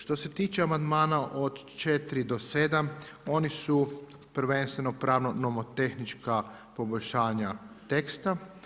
Što se tiče amandmana od 4. do 7. oni su prvenstveno pravno-nomotehnička poboljšanja teksta.